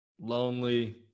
lonely